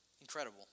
Incredible